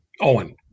Owen